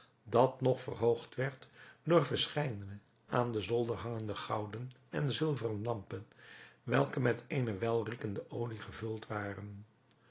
dat nog verhoogd werd door verscheidene aan de zoldering hangende gouden en zilveren lampen welke met eene welriekende olie gevuld waren